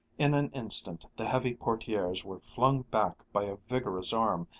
in an instant the heavy portieres were flung back by a vigorous arm,